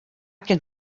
can